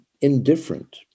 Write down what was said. indifferent